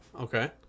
Okay